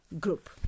group